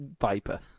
Viper